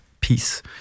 peace